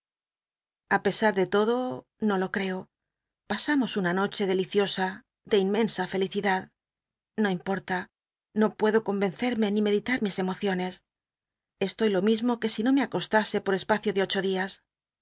a pcsat de todo no lo ci'co pasamos una noche deliciosa de inmensa fel icidad no importa no p uedo convencerme ni medi tar mis emociones estoy lo mismo que si no me acostase por espacio de ocho días